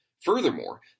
Furthermore